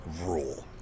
rule